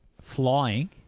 flying